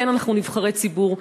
כן, אנחנו נבחרי ציבור.